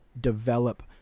develop